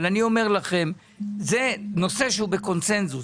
אבל אני אומר לכם, זה נושא שהוא בקונצנזוס.